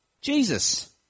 Jesus